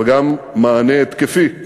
אבל גם מענה התקפי.